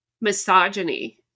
misogyny